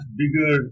bigger